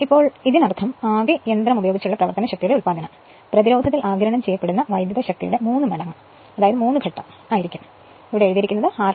ഇപ്പോൾ ഇതിനർത്ഥം ആകെ യന്ത്രം ഉപയോഗിച്ചുള്ള പ്രവർത്തന ശക്തിയുടെ ഉത്പാദനം പ്രതിരോധത്തിൽ ആഗിരണം ചെയ്യപ്പെടുന്ന വൈദ്യുത ശക്തിയുടെ 3 മടങ്ങ് അതായത് 3 ഘട്ടം r2 1S 1